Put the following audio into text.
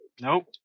Nope